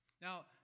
Now